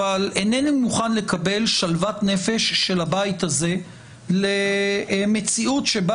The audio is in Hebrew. אבל אינני מוכן לקבל שלוות נפש של הבית הזה למציאות שבה